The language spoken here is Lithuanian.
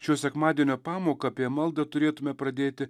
šio sekmadienio pamoką apie maldą turėtumėme pradėti